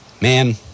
man